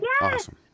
awesome